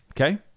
Okay